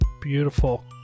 Beautiful